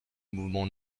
mouvement